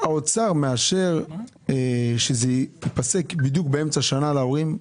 האוצר מאשר שזה ייפסק בדיוק באמצע שנה להורים?